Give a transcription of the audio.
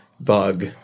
bug